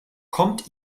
kommt